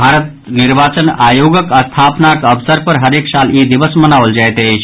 भारतक निर्वाचन आयोगक स्थापनाक अवसर पर हरेक साल ई दिवस मनाओल जाइत अछि